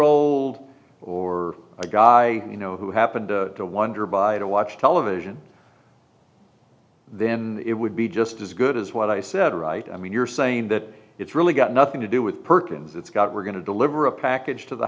old or a guy who happened to wonder by to watch television then it would be just as good as what i said right i mean you're saying that it's really got nothing to do with perkins it's got we're going to deliver a package to the